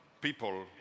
people